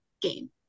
game